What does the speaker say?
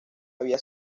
había